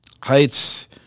Heights